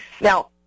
Now